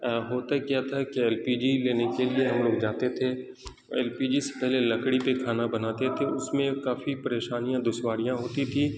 ہوتا کیا تھا کہ ایل پی جی لینے کے لیے ہم لوگ جاتے تھے ایل پی جی سے پہلے لکڑی پہ کھانا بناتے تھے اس میں کافی پریشانیاں دشواریاں ہوتی تھیں